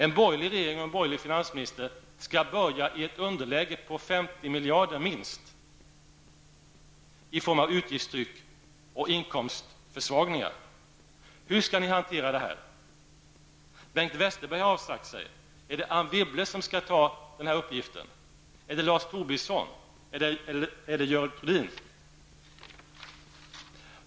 En borgerlig regering och en borgerlig finansminister skall börja i ett underläge på minst 50 miljarder i form av utgiftstryck och inkomstförsvagningar. Hur skall ni hantera detta? Bengt Westerberg har avsagt sig. Är det Anne Wibble som skall ta denna uppgift, eller Lars Tobisson, eller Görel Thurdin?